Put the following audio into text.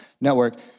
Network